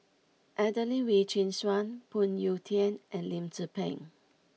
Adelene Wee Chin Suan Phoon Yew Tien and Lim Tze Peng